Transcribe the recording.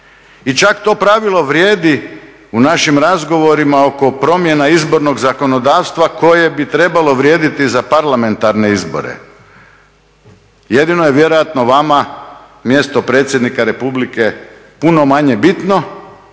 I čak to pravilo vrijedi u našim razgovorima oko promjena izbornog zakonodavstva koje bi trebalo vrijediti za parlamentarne izbore. Jedino je vjerojatno vama mjesta predsjednika Republike puno manje bitno